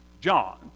John